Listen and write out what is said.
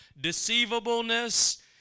deceivableness